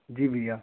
जी भइया